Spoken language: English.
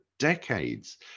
decades